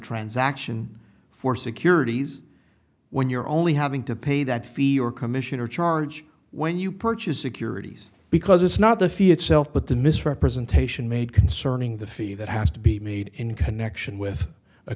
transaction for securities when you're only having to pay that fee or commission or charge when you purchase securities because it's not the fee itself but the misrepresentation made concerning the fee that has to be made in connection with a